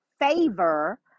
favor